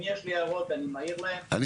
אם יש לי הערות אני מעיר להם -- אני